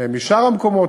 משאר המקומות,